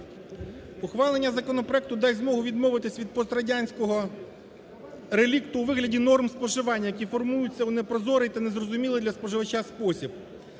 Ухвалення законопроект дасть змогу відмовитись від пострадянського релікту у вигляді норм споживання, які формуються у непрозорий та незрозумілий для споживача спосіб.